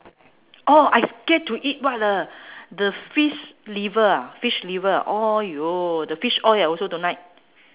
orh I scared to eat what uh the fish liver ah fish liver ah !aiyo! the fish oil I also don't like